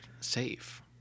safe